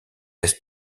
est